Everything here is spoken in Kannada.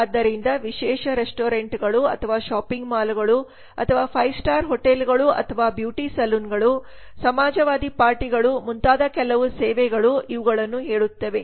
ಆದ್ದರಿಂದ ವಿಶೇಷ ರೆಸ್ಟೋರೆಂಟ್ಗಳುrestaurants or shopping malls ಅಥವಾ ಶಾಪಿಂಗ್ ಮಾಲ್ಗಳು ಅಥವಾ 5 ಸ್ಟಾರ್ ಹೋಟೆಲ್ಗಳು ಅಥವಾ ಬ್ಯೂಟಿ ಸಲೂನ್ಗಳು ಸಮಾಜವಾದಿ ಪಾರ್ಟಿಗಳು ಮುಂತಾದ ಕೆಲವು ಸೇವೆಗಳು ಇವುಗಳನ್ನು ಹೇಳುತ್ತವೆ